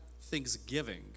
Thanksgiving